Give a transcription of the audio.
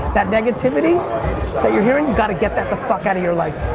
that negativity that you're hearing? you got to get that the fuck out of your life.